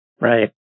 Right